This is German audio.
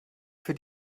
für